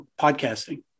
podcasting